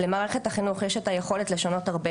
למערכת החינוך יש את היכולת לשנות הרבה